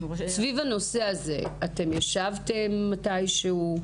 סביב הנושא הזה ישבתם מתישהו?